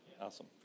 Awesome